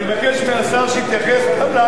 אני מבקש שיתייחס גם,